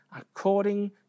according